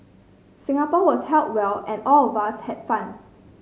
Singapore was held well and all of us had fun